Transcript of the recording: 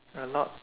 a lot